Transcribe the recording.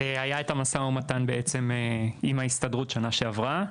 משא-ומתן עם ההסתדרות בשנה שעברה,